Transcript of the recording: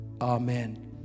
Amen